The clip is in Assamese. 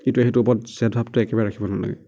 ইটোৱে সিটোৰ ওপৰত জেদভাৱটো একেবাৰে ৰাখিব নালাগে